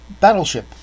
battleship